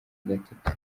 gatatu